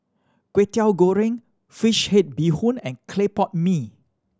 Kwetiau Goreng fish head bee hoon and clay pot mee